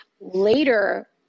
later